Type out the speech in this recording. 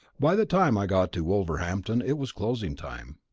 by the time i got to wolverhampton it was closing time.